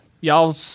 Y'all